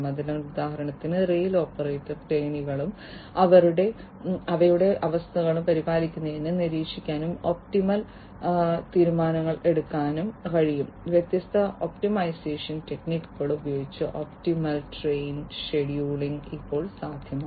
അതിനാൽ ഉദാഹരണത്തിന് റെയിൽ ഓപ്പറേറ്റർക്ക് ട്രെയിനുകളും അവയുടെ അവസ്ഥകളും പരിപാലിക്കാനും നിരീക്ഷിക്കാനും ഒപ്റ്റിമൽ തീരുമാനങ്ങൾ എടുക്കാനും കഴിയും വ്യത്യസ്ത ഒപ്റ്റിമൈസേഷൻ ടെക്നിക്കുകൾ ഉപയോഗിച്ച് ഒപ്റ്റിമൽ ട്രെയിൻ ഷെഡ്യൂളിംഗ് ഇപ്പോൾ സാധ്യമാണ്